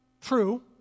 true